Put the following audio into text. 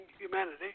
humanity